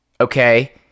okay